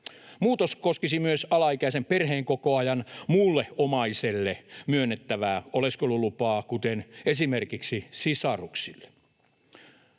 Muutos koskisi myös alaikäisen perheenkokoajan muulle omaiselle myönnettävää oleskelulupaa, kuten esimerkiksi sisaruksille.